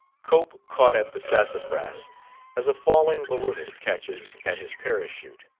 cope caught at the sassafras as a falling balloonist catches at his parachute.